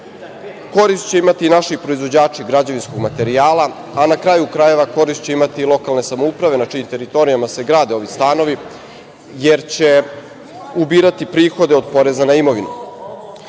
Korist će imati i naši proizvođači građevinskog materijala a, na kraju krajeva, korist će imati i lokalne samouprave, na čijim teritorijama se grade ovi stanovi, jer će ubirati prihode od poreza na imovinu. Na